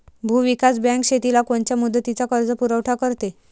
भूविकास बँक शेतीला कोनच्या मुदतीचा कर्जपुरवठा करते?